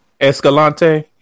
Escalante